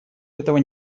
этого